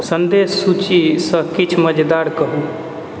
सन्देश सूचीसँ किछु मजेदार कहु